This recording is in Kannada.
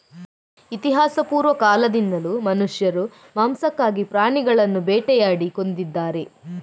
ಇತಿಹಾಸಪೂರ್ವ ಕಾಲದಿಂದಲೂ ಮನುಷ್ಯರು ಮಾಂಸಕ್ಕಾಗಿ ಪ್ರಾಣಿಗಳನ್ನು ಬೇಟೆಯಾಡಿ ಕೊಂದಿದ್ದಾರೆ